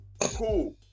cool